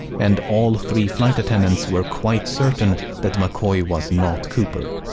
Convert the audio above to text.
and all three flight attendants were quite certain that mccoy was not cooper.